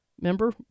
remember